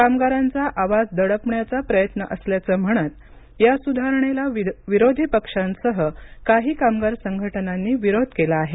कामगारांचा आवाज दडपण्याचा प्रयत्न असल्याचं म्हणत या सुधारणेला विरोधी पक्षांसह काही कामगार संघटनांनी विरोध केला आहे